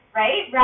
right